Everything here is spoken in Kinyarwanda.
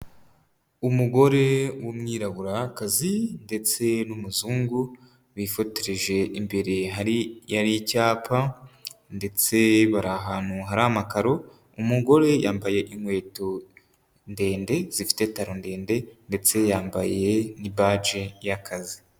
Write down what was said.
Umugore w'umwiraburakazi ndetse n'umuzungu bifotoreje imbere hari yari icyapa, ndetse bari ahantu hari amakaro. Umugore yambaye inkweto ndende zifite talo ndende ndetse yambaye n'ibaji y'akazi.